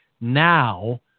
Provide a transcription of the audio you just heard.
now